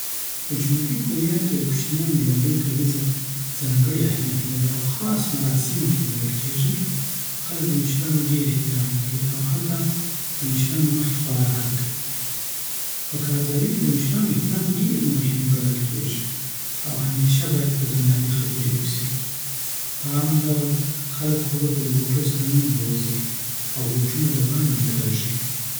په جنوبی کوریا کی د کوشنیانو لومړۍ کلیزه ځانګړی اهمیت لري او خاص مراسم ورته نیول کېږي. خلګ دمشرانو ډیراحترام کوی او حتاد مشرانو مخکې خوراک نکوی د کار په ځایونو کې د مشرانو احترام ډېر مهم ګڼل کېږي، او همیشه باید په درناوي خبرې وسی په عام ډول خلک د کور ته د بوټو سره نه ننوزی او بوټونه دباندی کاږی